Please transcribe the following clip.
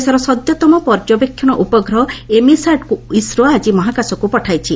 ଦେଶର ସଦ୍ୟତମ ପର୍ଯ୍ୟବେକ୍ଷଣ ଉପଗ୍ରହ ଏମିସାଟ୍କୁ ଇସ୍ରୋ ଆକି ମହାକାଶକୁ ପଠାଇଛି